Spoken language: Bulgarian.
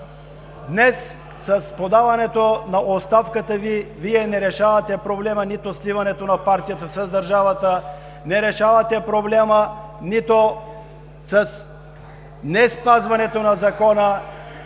днес с подаването на оставката, Вие не решавате нито проблема за сливането на партията с държавата, нито решавате проблема с неспазването на закона,